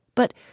but